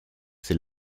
c’est